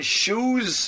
shoes